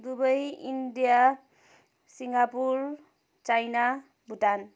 Dubai India Singapore China Bhutan